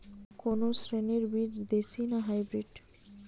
কোন শ্রেণীর বীজ দেশী না হাইব্রিড?